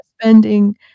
spending